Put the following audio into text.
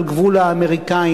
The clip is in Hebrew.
על גבול האמריקנים,